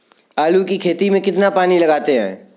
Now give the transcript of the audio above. आलू की खेती में कितना पानी लगाते हैं?